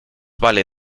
vale